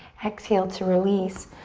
exhale to release.